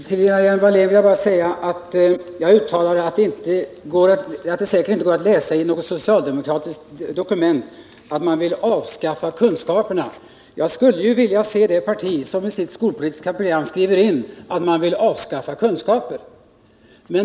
Herr talman! Jag sade, Lena Hjelm-Wallén, att det säkert inte går att läsa i något socialdemokratiskt dokument att man vill avskaffa kunskaperna. Jag skulle vilja se det parti som i sitt skolpolitiska program skriver in att man vill avskaffa kunskaper!